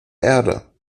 erde